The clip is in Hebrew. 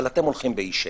אבל אתם הולכים באי שקט.